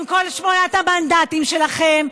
עם כל שמונת המנדטים שלכם,